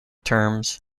terms